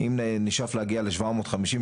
בפייסבוק הפרטי בדרך כלל מנהל את זה האיש